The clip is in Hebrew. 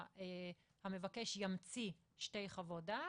שהמבקש ימציא שתי חוות דעת.